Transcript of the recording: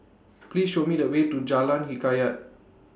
Please Show Me The Way to Jalan Hikayat